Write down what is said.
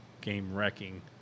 game-wrecking